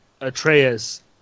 Atreus